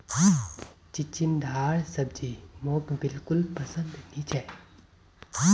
चिचिण्डार सब्जी मोक बिल्कुल पसंद नी छ